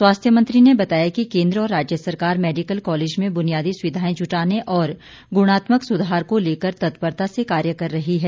स्वास्थ्य मंत्री ने बताया कि केन्द्र और राज्य सरकार मैडिकल कॉलेज में बुनियादी सुविधाएं जुटाने और गुणात्मक सुधार को लेकर तत्परता से कार्य कर रही है